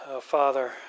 Father